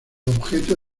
objeto